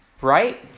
right